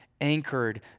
anchored